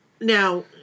Now